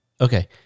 Okay